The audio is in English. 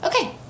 Okay